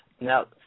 Now